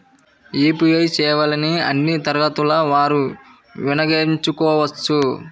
UPI సేవలని అన్నీ తరగతుల వారు వినయోగించుకోవచ్చా?